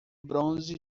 bronze